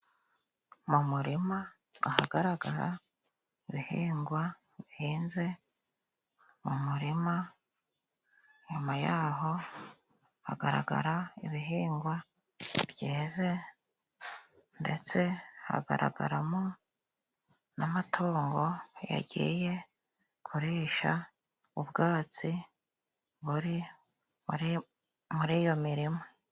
Mu murima ahagaragara ibihingwa bihinze mu muririma, inyuma yaho hagaragara ibihingwa byeze, ndetse hagaragaramo n'amatungo yagiye kurisha ubwatsi buri muri iyo mirima.